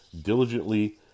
diligently